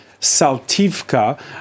Saltivka